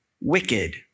wicked